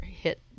hit